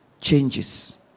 changes